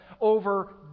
over